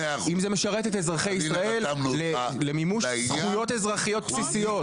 אם זה משרת את אזרחי ישראל למימוש זכויות אזרחיות בסיסיות.